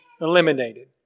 eliminated